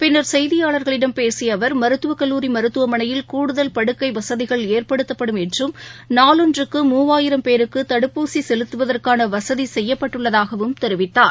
பிள்னர் செய்தியாளர்களிடம் பேசியஅவர் மருத்துவக்கல்லூரி மருத்துவமனையில் கூடுதல் படுக்கைவசதிகள் ஏற்படுத்தப்படும் என்றம் நாளொன்றுக்கு மூவாயிரம் பேருக்குதடுப்பூசிசெலுத்துவதற்கானவசதிசெய்யப்பட்டுள்ளதாகவும் தெரிவித்தார்